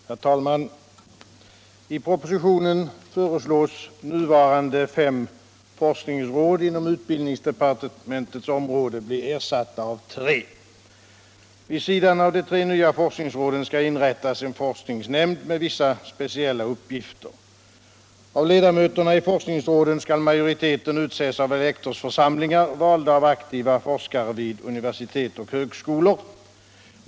utbildningsdeparte Herr talman! I propositionen föreslås nuvarande fem forskningsråd = mentet inom utbildningsdepartementets område bli ersatta av tre. Vid sidan av de tre nya forskningsråden skall inrättas en forskningsrådsnämnd med vissa speciella uppgifter. Av ledamöterna i forskningsråden skall majoriteten utses av elektorsförsamlingar, valda av aktiva forskare vid univeristet och högskolor.